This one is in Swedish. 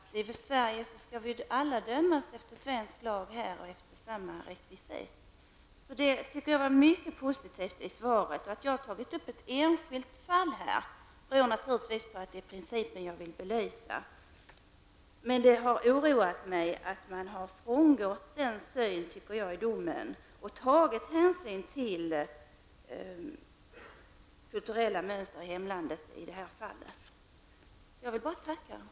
I Sverige skall alla dömas efter svensk lag och efter samma rekvisit. Jag tycker att svaret var mycket positivt. Att jag har tagit upp ett enskilt fall beror naturligtvis på att jag vill belysa denna grundläggande princip. Det har oroat mig att denna syn har frångåtts i domen och att hänsyn har tagits till kulturella mönster i hemlandet i det här fallet. Jag tackar än en gång för svaret.